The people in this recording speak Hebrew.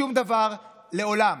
שום דבר לעולם.